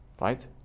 right